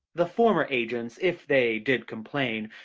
the former agents, if they did complain,